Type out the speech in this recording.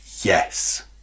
Yes